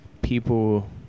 people